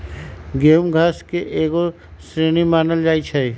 गेहूम घास के एगो श्रेणी मानल जाइ छै